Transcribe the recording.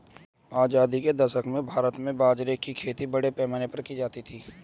आजादी के दशक में भारत में बाजरे की खेती बड़े पैमाने पर की जाती थी